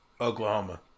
Oklahoma